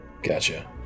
Gotcha